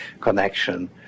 connection